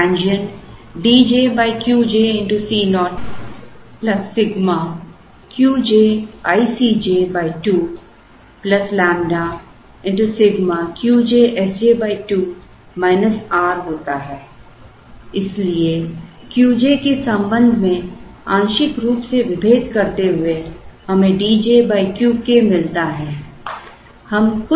तो lagrangian D j Q j Co Σ 2 ƛ Σ Q j Sj 2 R होता है इसलिए Q j के संबंध में आंशिक रूप से विभेद करते हुए हमें D j Q k मिलता है